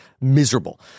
miserable